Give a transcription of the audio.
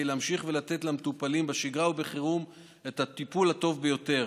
להמשיך לתת למטופלים בשגרה ובחירום את הטיפול הטוב ביותר.